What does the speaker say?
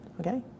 Okay